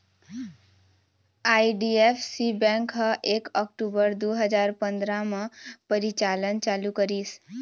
IDFC bank ह एक अक्टूबर दू हजार पंदरा म परिचालन चालू करिस